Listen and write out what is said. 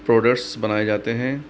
products बनाए जाते हैं